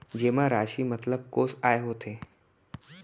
जेमा राशि मतलब कोस आय होथे?